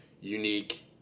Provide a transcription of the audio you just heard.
unique